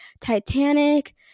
Titanic